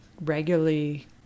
regularly